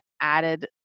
added